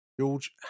George